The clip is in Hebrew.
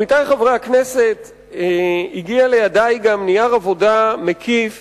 עמיתי חברי הכנסת, הגיע לידי גם נייר עבודה מקיף